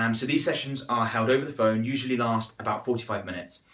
um so these sessions are held over the phone, usually last about forty five minutes.